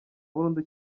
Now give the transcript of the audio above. burundu